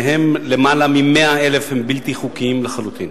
ולמעלה מ-100,000 מהם הם בלתי חוקיים לחלוטין.